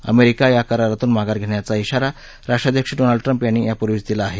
America या करारातून माघार घेण्याचा इशारा राष्ट्राध्यक्ष डोनाल्ड ट्रम्प यांनी या पूर्वीच दिला आहे